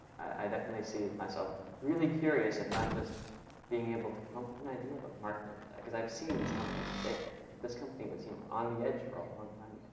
i definitely see myself really curious, and not just being able to come up with an idea, but marketing it. because i've seen these companies fail, and this company was on the edge for a long time